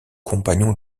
compagnon